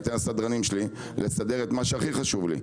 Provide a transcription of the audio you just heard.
אני אתן לסדרנים לסדר את מה שהכי חשוב לי.